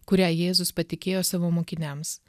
kurią jėzus patikėjo savo mokiniams